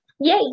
Yay